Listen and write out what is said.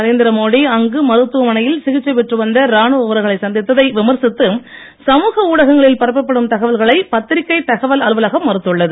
நரேந்திர மோடி அங்கு மருத்துவமனையில் சிகிச்சை பெற்று வந்த இராணுவ வீரர்களை சந்தித்ததை விமர்சித்து சமூக ஊடகங்களில் பரப்பப்படும் தகவல்களை பத்திரிகை தகவல் அலுவலகம் மறுத்துள்ளது